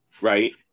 Right